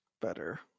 better